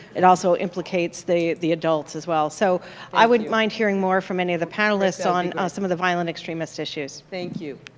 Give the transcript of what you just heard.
it also implicates the adults as well, so i wouldn't mind hearing more from any of the panelists on some of the violent extremist issues. thank you.